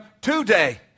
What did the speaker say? today